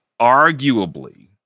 arguably